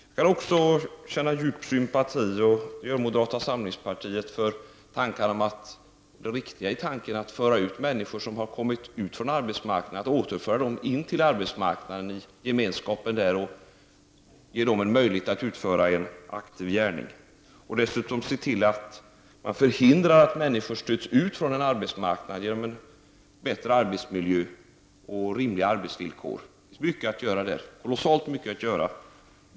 Jag kan också känna djup sympati, det gör moderata samlingspartiet, för det riktiga i tanken att återföra människor som har hamnat utanför arbetsmarknaden till arbetsmarknadens gemenskap och ge dem en möjlighet att utföra en aktiv gärning. Dessutom bör vi genom bättre arbetsmiljö och rimliga arbetsvillkor se till att förhindra att människor stöts ut från arbetsmarknaden. Det finns kolossalt mycket att göra där.